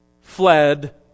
fled